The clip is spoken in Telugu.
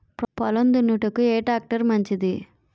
పొలం దున్నుటకు ఏ ట్రాక్టర్ మంచిది?